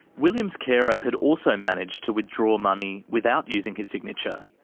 william's carer had also managed to withdraw money without using his signature.